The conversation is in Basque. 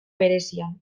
berezian